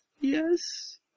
yes